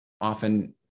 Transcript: often